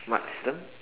what system